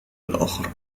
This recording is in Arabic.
الآخر